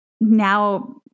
now